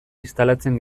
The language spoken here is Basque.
instalatzen